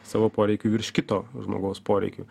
savo poreikių virš kito žmogaus poreikių